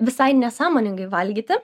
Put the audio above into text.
visai nesąmoningai valgyti